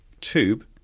tube